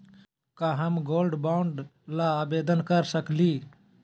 का हम gold bond ल आवेदन कर सकली?